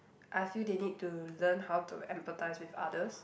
I feel they need to learn how to empathize with others